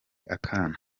akana